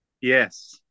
Yes